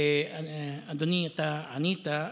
אדוני, אתה ענית,